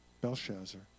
Belshazzar